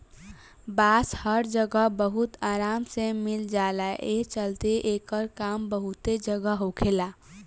बांस हर जगह बहुत आराम से मिल जाला, ए चलते एकर काम बहुते जगह होखेला